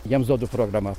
jiems duodu programą